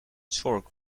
chalk